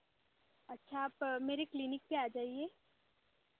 अच्छा आप मेरे क्लीनिक पर आ जाइए